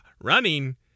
running